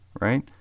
right